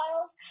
Files